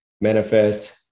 manifest